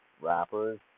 rappers